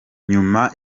nyuma